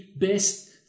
best